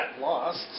lost